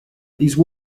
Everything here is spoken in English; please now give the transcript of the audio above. these